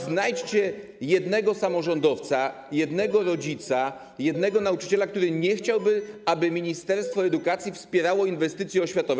Znajdźcie jednego samorządowca, jednego rodzica, jednego nauczyciela, który nie chciałby, aby ministerstwo edukacji wspierało inwestycje oświatowe.